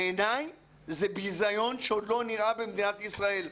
בעיניי זה ביזיון שעוד לא נראה במדינת ישראל.